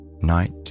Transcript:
night